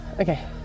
Okay